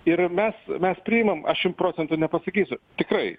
ir mes mes priimam aš jum procentų nepasakysiu tikrai